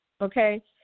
Okay